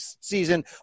season